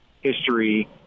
history